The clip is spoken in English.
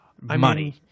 money